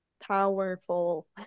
powerful